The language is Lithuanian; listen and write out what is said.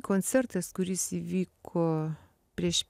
koncertas kuris įvyko prieš